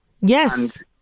Yes